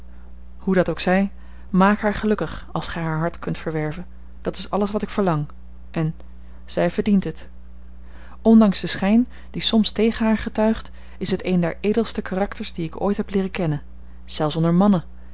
hoe dat ook zij maak haar gelukkig als gij haar hart kunt verwerven dat is alles wat ik verlang en zij verdient het ondanks den schijn die soms tegen haar getuigt is het een der edelste karakters die ik ooit heb leeren kennen zelfs onder mannen